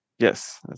Yes